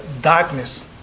darkness